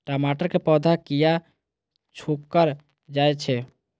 टमाटर के पौधा किया घुकर जायछे?